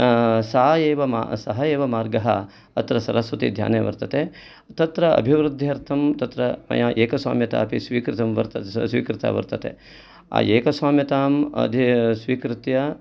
सा एव सः एव मार्गः अत्र सरस्वतीध्याने वर्तते तत्र अभिवृद्ध्यर्थं तत्र मया एकसाम्यता अपि स्वीकृतं स्वीकृता वर्तते एकसाम्यतां स्वीकृत्य